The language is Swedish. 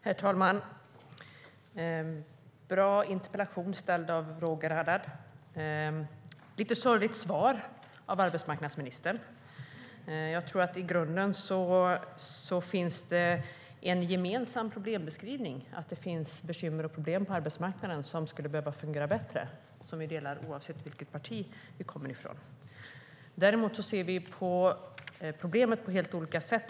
Herr talman! Det är en bra interpellation som Roger Haddad har ställt. Det är ett lite sorgligt svar av arbetsmarknadsministern. Jag tror att det i grunden finns en gemensam problembeskrivning: Det finns bekymmer och problem på arbetsmarknaden. Det skulle behöva fungera bättre. Den uppfattningen delar vi, oavsett vilket parti vi kommer från. Däremot ser vi problemet på helt olika sätt.